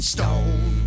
Stone